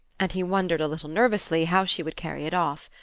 and he wondered a little nervously how she would carry it off.